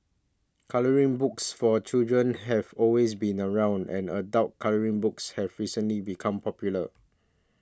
colouring books for children have always been around and adult colouring books have recently become popular